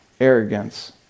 arrogance